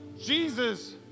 Jesus